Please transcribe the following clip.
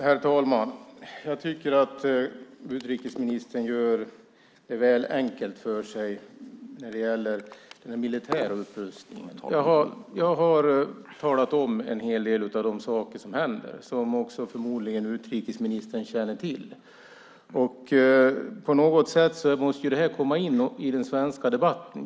Herr talman! Jag tycker att utrikesministern gör det väl enkelt för sig när det gäller den militära upprustningen. Jag har talat om en hel del av de saker som händer och som utrikesministern förmodligen också känner till. På något sätt måste detta komma in i den svenska debatten.